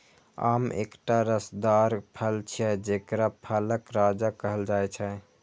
आम एकटा रसदार फल छियै, जेकरा फलक राजा कहल जाइ छै